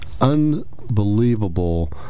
unbelievable